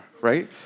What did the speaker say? right